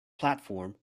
platform